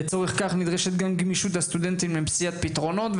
לצורך כך נדרשת גם גמישות הסטודנטים למציאת פתרונות.